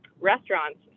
restaurants